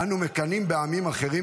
אנו מקנאים בעמים אחרים,